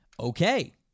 Okay